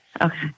Okay